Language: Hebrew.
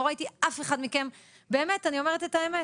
באמת, אני אומרת את האמת.